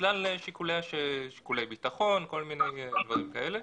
בגלל שיקולי ביטחון וכל מיני דברים כאלה.